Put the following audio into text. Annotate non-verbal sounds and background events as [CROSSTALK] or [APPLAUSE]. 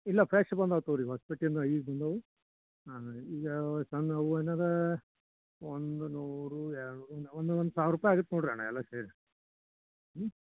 ಇಲ್ಲ ಫ್ರೆಶ್ ಬಂದಿವೆ ತಗೊಳ್ರಿ ಹೊಸಪೇಟೆಯಿಂದ ಈಗ ಬಂದಿವೆ ಹಾಂ ಹಾಂ ಈಗ [UNINTELLIGIBLE] ಹೂವು ಏನಿದೆ ಒಂದು ನೂರು ಎರಡು ನೂರು ಒಂದು ಒಂದು ಸಾವ್ರ ರೂಪಾಯಿ ಆಗುತ್ತೆ ನೋಡಿರಿ ಅಣ್ಣ ಎಲ್ಲ ಸೇರಿ ಹ್ಞೂ